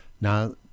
now